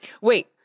wait